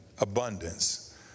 Abundance